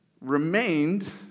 remained